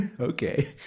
okay